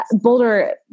Boulder